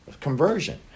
Conversion